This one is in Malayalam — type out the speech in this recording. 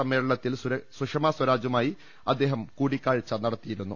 സമ്മേളനത്തിൽ സുഷ്മാ സ്വരാജുമായി അദ്ദേഹം കൂടിക്കാഴ്ച നടത്തിയിരുന്നു